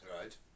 Right